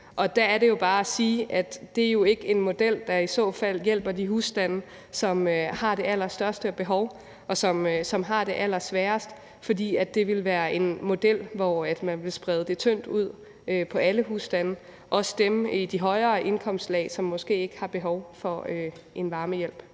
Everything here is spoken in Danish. at det jo ikke er en model, der i så fald hjælper de husstande, som har det allerstørste behov, og som har det allersværest. For det ville være en model, hvor man ville sprede det tyndt ud på alle husstande, også dem i de højere indkomstlag, som måske ikke har behov for en varmehjælp.